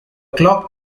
clock